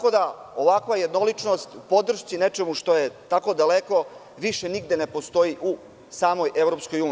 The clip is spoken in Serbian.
Ovakva jednoličnost u podršci nečemu što je tako daleko, više nigde ne postoji u samoj EU.